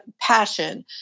passion